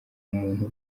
umuntu